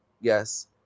Yes